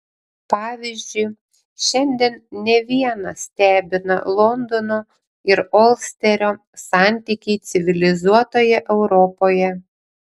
pavyzdžiui šiandien ne vieną stebina londono ir olsterio santykiai civilizuotoje europoje